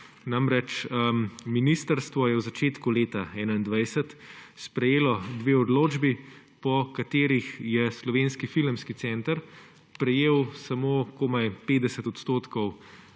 bolje. Ministrstvo je v začetku leta 2021 sprejelo dve odločbi, po katerih je Slovenski filmski center prejel komaj 50 %